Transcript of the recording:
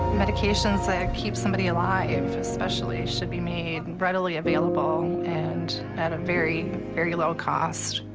medications that keep somebody alive especially should be made readily available and at a very very low cost.